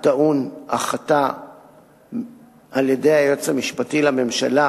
הטעון החלטה של היועץ המשפטי לממשלה,